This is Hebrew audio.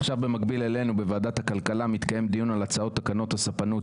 עכשיו במקביל אלינו בוועדת הכלכלה מתקיים דיון על הצעות תקנות הספנות,